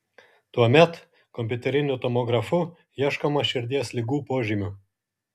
tuomet kompiuteriniu tomografu ieškoma širdies ligų požymių